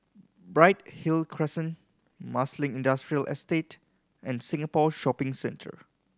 Bright Hill Crescent Marsiling Industrial Estate and Singapore Shopping Centre